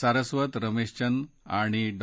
सारस्वत रमेशचंद आणि डॉ